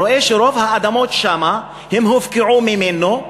הוא רואה שרוב האדמות שם הופקעו ממנו,